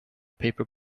paper